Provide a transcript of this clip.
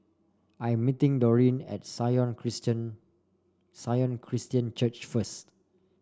I am meeting Dorene at Sion Christian Sion Christian Church first